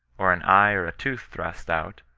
or an eye or a tooth thrust out,